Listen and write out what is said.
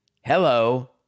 Hello